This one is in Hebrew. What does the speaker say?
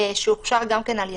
שהוכשר גם על ידינו.